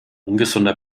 ungesunder